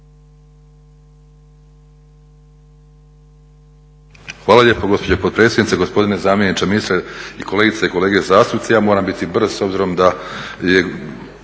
Hvala lijepo gospođo potpredsjednice, gospodine zamjeniče ministra i kolegice i kolege zastupnici. Ja moram biti brz s obzirom da